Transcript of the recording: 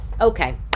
Okay